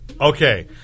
Okay